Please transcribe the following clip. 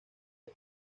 los